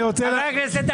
חבר הכנסת דלל.